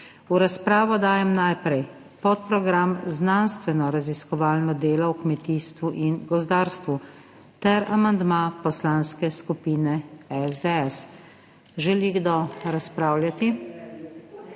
V razpravo dajem najprej podprogram Znanstveno raziskovalno delo v kmetijstvu in gozdarstvu ter amandma Poslanske skupine SDS. Želi kdo razpravljati?